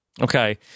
Okay